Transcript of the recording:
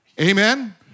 Amen